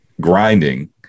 grinding